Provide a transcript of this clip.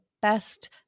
best